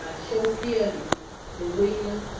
ah show clearly the will